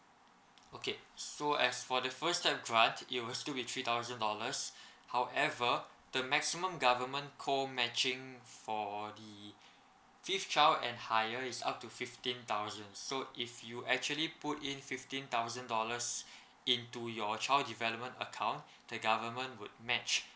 okay so as for the first term draft it will still be three thousand dollars however the maximum government co matching for fifth child and higher is up to fifteen thousand so if you actually put in fifteen thousand dollars in to your child development account the government would match